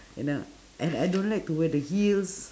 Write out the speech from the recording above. and uh and I don't like to wear the heels